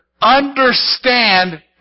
understand